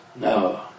No